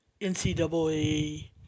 NCAA